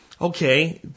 Okay